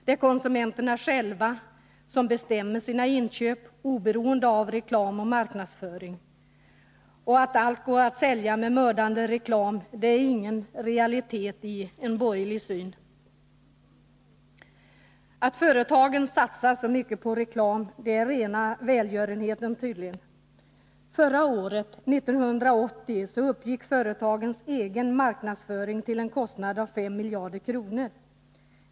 Det är konsumenterna själva som bestämmer sina inköp oberoende av reklam och marknadsföring, och att allt går att sälja med mördande reklam är ingen realitet i en borgerlig syn. Att företagen satsar så mycket på reklam är tydligen rena välgörenheten. Förra året, 1980, uppgick företagens egen marknadsföring till en kostnad av 5 miljarder kronor.